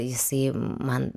jisai man